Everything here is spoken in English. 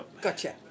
Gotcha